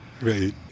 Right